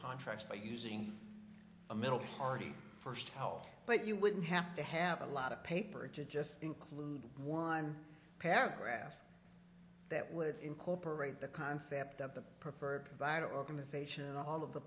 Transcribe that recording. contracts by using a middle party first how but you would have to have a lot of paper to just include one paragraph that would incorporate the concept of the preferred provider organization and all of the